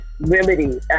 remedy